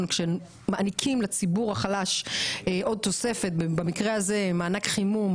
כשמעניקים לציבור החלש עוד תוספת במקרה הזה מענק חימום,